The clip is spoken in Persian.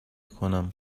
کنم